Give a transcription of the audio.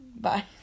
Bye